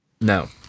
No